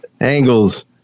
angles